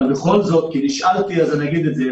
אבל בכל זאת נשאלתי אז אגיד את זה.